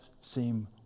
seem